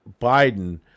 Biden